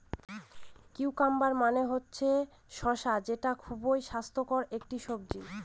cucumber মানে হল শসা যেটা খুবই স্বাস্থ্যকর একটি সবজি